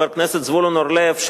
חבר הכנסת זבולון אורלב,